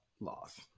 loss